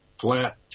flat